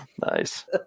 Nice